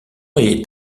est